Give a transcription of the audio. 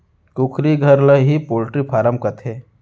कुकरी घर ल ही पोल्टी फारम कथें